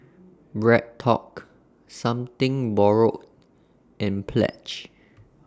BreadTalk Something Borrowed and Pledge